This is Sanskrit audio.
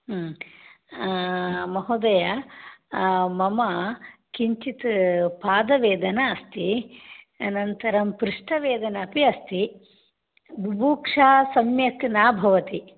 महोदय मम किञ्चित् पादवेदना अस्ति अनन्तरं पृष्ठवेदानापि अस्ति बुभुक्षा सम्यक् न भवति